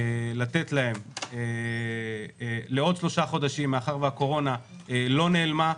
לתת להם לעוד שלושה חודשים מאחר שהקורונה לא נעלמה,